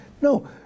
No